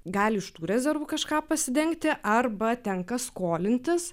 gali iš tų rezervų kažką pasidengti arba tenka skolintis